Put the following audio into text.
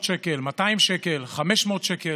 שקל, 500 שקל.